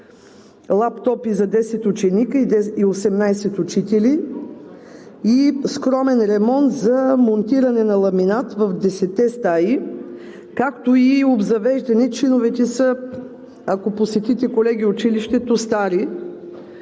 лаптопи за 10 ученика и 18 учителя и скромен ремонт за монтиране на ламинат в 10-те стаи, както и обзавеждане, чиновете са, ако посетите, колеги, училището – стари,